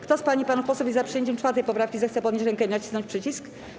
Kto z pań i panów posłów jest za przyjęciem 4. poprawki, zechce podnieść rękę i nacisnąć przycisk.